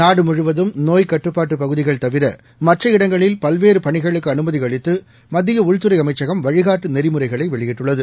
நாடுமுழுவதும் நோய்க் கட்டுப்பாட்டு பகுதிகள் தவிர மற்ற இடங்களில் பல்வேறு பணிகளுக்கு அனுமதி அளித்து மத்திய உள்துறை அமைச்சகம் வழிகாட்டு நெறிமுறைகளை வெளியிட்டுள்ளது